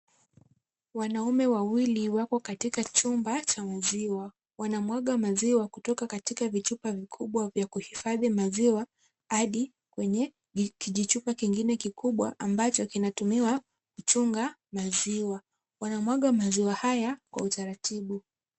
Wanaume wawili wako katika chumba cha maziwa. Wanamwaga maziwa kutoka katika vichupa vikubwa vya kuhifadhi maziwa hadi kwenye kijichupa kingine kikubwa ambacho kinatumiwa kuchunga maziwa. Wanamwaga maziwa haya kwa utaratibu.